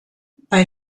bei